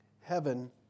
heaven